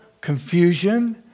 confusion